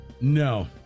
No